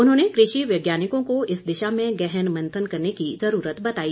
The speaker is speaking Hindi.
उन्होंने कृषि वैज्ञानिकों को इस दिशा में गहन मंथन करने की जरूरत बताई